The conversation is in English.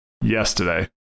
yesterday